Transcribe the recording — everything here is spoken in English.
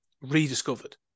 rediscovered